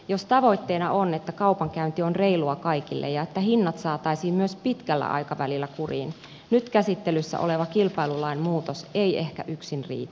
jos tavoitteena on että kaupankäynti on reilua kaikille ja että hinnat saataisiin myös pitkällä aikavälillä kuriin nyt käsittelyssä oleva kilpailulain muutos ei ehkä yksin riitä